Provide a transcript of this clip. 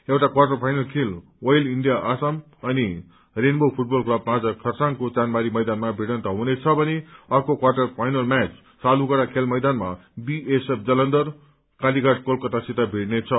एउटा quarter final खेल oil India Assam अनि रेनबो फूटबल क्लब माझ खरसाङ्को चाँचमारी मैदानमा भीइन्त हुनेछ भने अर्को क्वाटर फाइनल म्याच सालुगढ़ा खेल मैदानमा बीएसएफ जलान्वर क्वालीघाट कोलकतासित मीड़ने छ